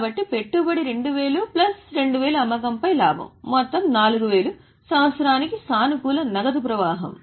కాబట్టి పెట్టుబడి 2000 ప్లస్ 2000 అమ్మకంపై లాభం మొత్తం 4000 సంవత్సరానికి సానుకూల నగదు ప్రవాహం